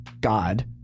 God